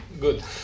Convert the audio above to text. good